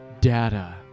data